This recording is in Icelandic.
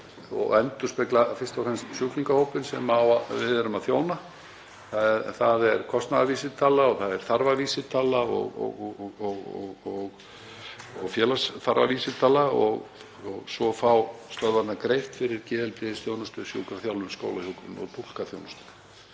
og endurspegla fyrst og fremst sjúklingahópinn sem við erum að þjóna. Það er kostnaðarvísitala, þarfavísitala og félagsþarfavísitala og svo fá stöðvarnar greitt fyrir geðheilbrigðisþjónustu, sjúkraþjálfun, skólahjúkrun og túlkaþjónustu.